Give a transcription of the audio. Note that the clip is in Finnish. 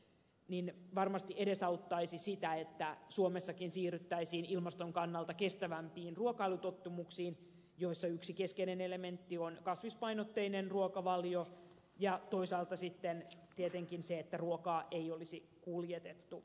se varmasti edesauttaisi sitä että suomessakin siirryttäisiin ilmaston kannalta kestävämpiin ruokailutottumuksiin joissa yksi keskeinen elementti on kasvispainotteinen ruokavalio ja toisaalta sitten tietenkin se että ruokaa ei olisi kuljetettu liikaa